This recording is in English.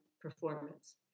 performance